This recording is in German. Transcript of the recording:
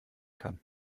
kann